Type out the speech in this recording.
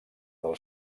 del